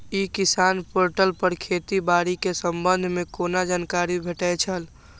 ई किसान पोर्टल पर खेती बाड़ी के संबंध में कोना जानकारी भेटय छल?